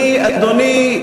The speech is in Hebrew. אני, אדוני,